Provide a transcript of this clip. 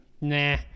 nah